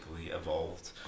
evolved